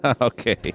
Okay